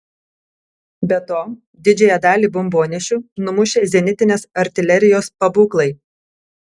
be to didžiąją dalį bombonešių numušė zenitinės artilerijos pabūklai